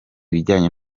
ibijyanye